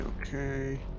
Okay